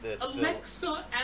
Alexa